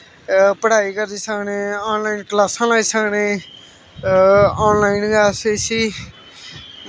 पढ़ाई करी सकनें ऑनलाइन क्लासां लाई सकनें ऑनलाइन गै अस इसी